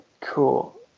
cool